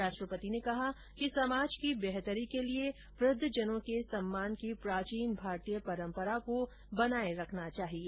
राष्ट्रपति ने कहा कि समाज की बेहतरी के लिए वृद्धजनों के सम्मान की प्राचीन भारतीय परम्परा को बनाए रखना चाहिए